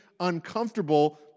uncomfortable